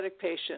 patient